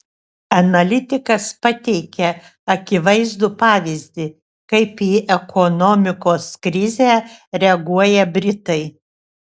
analitikas pateikia akivaizdų pavyzdį kaip į ekonomikos krizę reaguoja britai